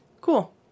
Cool